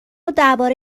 درباره